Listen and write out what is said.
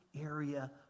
area